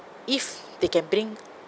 if they can bring